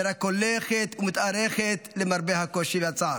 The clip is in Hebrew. שרק הולכת ומתארכת למרבה הקושי והצער.